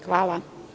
Hvala.